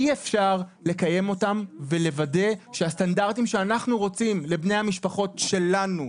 אי אפשר לקיים אותם ולוודא שהסטנדרטים שאנחנו רוצים לבני המשפחות שלנו,